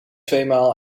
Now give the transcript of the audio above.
tweemaal